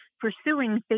pursuing